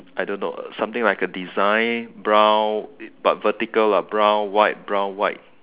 I don't know uh something like a design brown but vertical lah brown white brown white